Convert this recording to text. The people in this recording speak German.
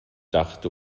dachte